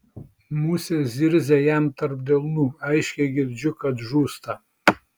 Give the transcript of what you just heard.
musė zirzia jam tarp delnų aiškiai girdžiu kad žūsta